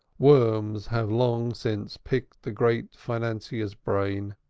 worms have long since picked the great financier's brain,